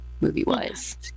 movie-wise